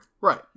Right